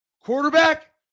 quarterback